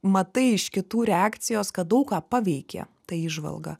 matai iš kitų reakcijos kad daug ką paveikė ta įžvalga